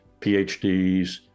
PhDs